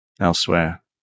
elsewhere